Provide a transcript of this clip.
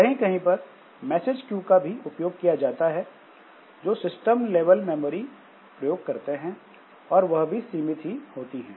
कहीं कहीं पर मैसेज क्यू का भी उपयोग किया जाता है जो सिस्टम लेवल मेमोरी प्रयोग करते हैं और वह भी सीमित ही होती हैं